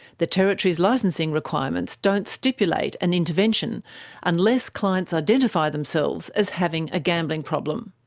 the territory's licensing requirements don't stipulate an intervention unless clients identify themselves as having a gambling problem.